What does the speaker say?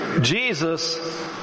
Jesus